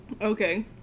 Okay